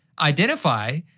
identify